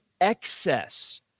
excess